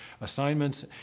assignments